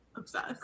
obsessed